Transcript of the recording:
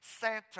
Santa